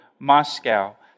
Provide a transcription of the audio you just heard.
Moscow